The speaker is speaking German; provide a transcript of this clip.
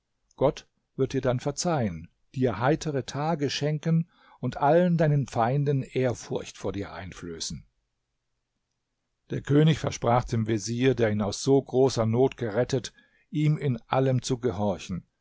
gott wird dir dann verzeihen dir heitere tage schenken und allen deinen feinden ehrfurcht vor dir einflößen der könig versprach dem vezier der ihn aus so großer not gerettet ihm in allem zu gehorchen